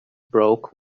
broke